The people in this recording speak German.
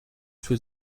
für